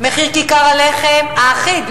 מחיר כיכר הלחם האחיד,